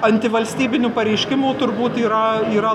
antivalstybinių pareiškimų turbūt yra yra